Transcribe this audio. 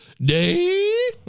day